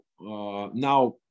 now